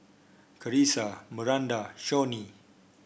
Carisa Maranda Shawnee